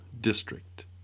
district